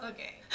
Okay